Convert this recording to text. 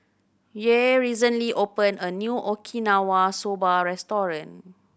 Yair recently opened a new Okinawa Soba Restaurant